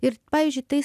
ir pavyzdžiui tais